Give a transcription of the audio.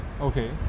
Okay